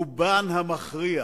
רובן המכריע